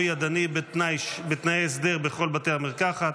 או ידני בתנאי הסדר בכל בתי המרקחת),